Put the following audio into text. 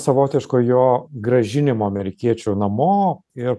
savotiško jo grąžinimo amerikiečių namo ir